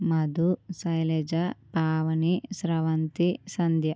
Madhu Shailaja Pavani Sravanthi Sandhya